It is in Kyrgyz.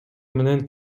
менен